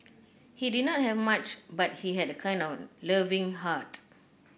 he did not have much but he had a kind and loving heart